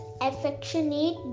affectionate